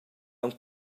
aunc